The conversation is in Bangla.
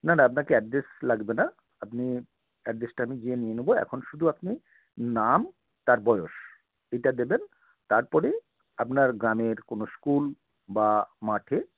না না আপনাকে অ্যাড্রেস লাগবে না আপনি অ্যাড্রেসটা আমি গিয়ে নিয়ে নেব এখন শুধু আপনি নাম তার বয়স এটা দেবেন তারপরই আপনার গ্রামের কোনো স্কুল বা মাঠে